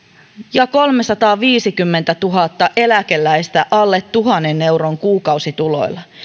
ja kolmesataaviisikymmentätuhatta eläkeläistä alle tuhannen euron kuukausituloilla